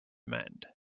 mend